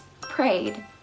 prayed